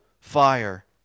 fire